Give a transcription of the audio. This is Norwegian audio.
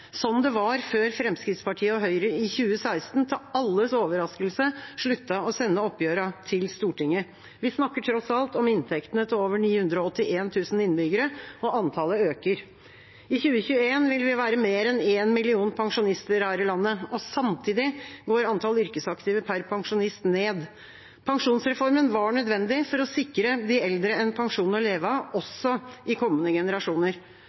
det var før Fremskrittspartiet og Høyre i 2016 til alles overraskelse sluttet å sende oppgjørene til Stortinget. Vi snakker tross alt om inntektene til over 981 000 innbyggere, og antallet øker. I 2021 vil vi være mer enn en million pensjonister her i landet, og samtidig går antallet yrkesaktive per pensjonist ned. Pensjonsreformen var nødvendig for å sikre de eldre en pensjon å leve av, også i